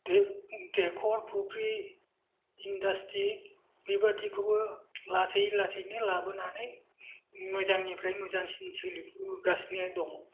दैखर फुख्रि इन्दास्त्रि बेबादिखौबो लासै लासैनो लाबोनानै मोजांनिफ्राय मोजांसिन सोलिबोगासिनो दङ